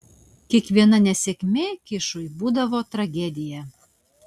kiekviena nesėkmė kišui būdavo tragedija